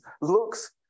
looks